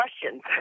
questions